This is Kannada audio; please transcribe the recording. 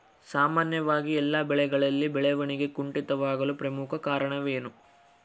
ಸಾಮಾನ್ಯವಾಗಿ ಎಲ್ಲ ಬೆಳೆಗಳಲ್ಲಿ ಬೆಳವಣಿಗೆ ಕುಂಠಿತವಾಗಲು ಪ್ರಮುಖ ಕಾರಣವೇನು?